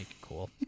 cool